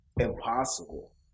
impossible